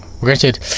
Granted